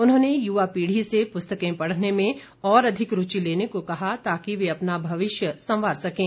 उन्होंने युवा पीढ़ी से पुस्तकें पढ़ने में और अधिक रूचि लेने को कहा ताकि वे अपना भविष्य संवार सकें